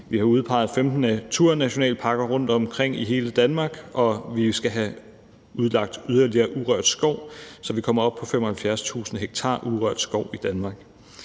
Vi har udpeget 15 naturnationalparker rundtomkring i hele Danmark, og vi skal have udlagt yderligere urørt skov, så vi kommer op på 75.000 ha urørt skov i Danmark.